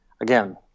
again